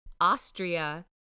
Austria